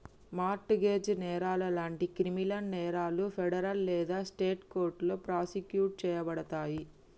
mart gauge నేరాలు లాంటి criminal నేరాలు ఫెడరల్ లేదా స్టేట్ కోర్టులో ప్రాసిక్యూట్ చేయబడతయి